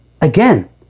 Again